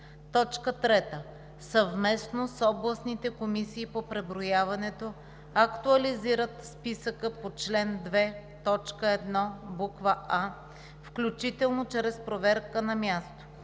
община; 3. съвместно с областните комисии по преброяването актуализират списъка по чл. 2, т. 1, буква „а“, включително чрез проверка на място;